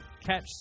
catch